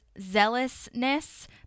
zealousness